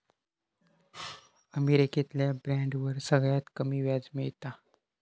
अमेरिकेतल्या बॉन्डवर सगळ्यात कमी व्याज मिळता